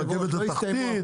ברכבת התחתית.